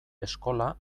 eskola